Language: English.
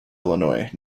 illinois